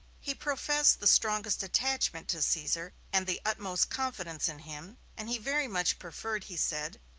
he professed the strongest attachment to caesar, and the utmost confidence in him, and he very much preferred, he said,